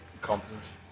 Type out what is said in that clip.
confidence